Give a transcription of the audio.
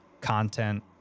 content